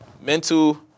Mental